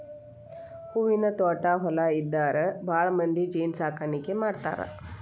ಹೂವಿನ ತ್ವಾಟಾ ಹೊಲಾ ಇದ್ದಾರ ಭಾಳಮಂದಿ ಜೇನ ಸಾಕಾಣಿಕೆ ಮಾಡ್ತಾರ